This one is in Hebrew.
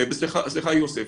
סליחה יוסף,